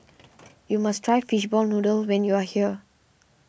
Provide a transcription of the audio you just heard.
you must try Fishball Noodle when you are here